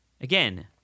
Again